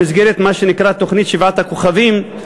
במסגרת מה שנקרא "תוכנית שבעת הכוכבים",